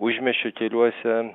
užmiesčio keliuose